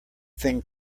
thing